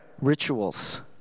rituals